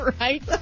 Right